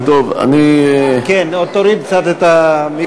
טוב, אני, כן, תוריד קצת את המיקרופון.